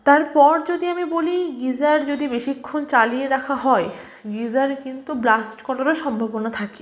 তারপর যদি আমি বলি গিজার যদি বেশিক্ষণ চালিয়ে রাখা হয় গিজার কিন্তু ব্লাস্ট করারও সম্ভাবনা থাকে